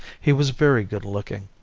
he was very good-looking,